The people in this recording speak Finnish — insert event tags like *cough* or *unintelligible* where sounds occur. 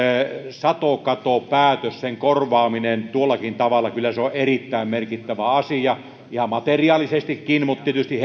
satokatopäätös kadon korvaaminen tuollakin tavalla on kyllä erittäin merkittävä asia ihan materiaalisestikin mutta tietysti *unintelligible*